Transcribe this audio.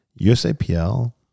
usapl